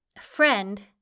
friend